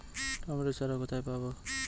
Tomato চারা কোথায় পাবো?